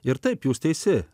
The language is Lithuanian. ir taip jūs teisi